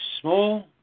small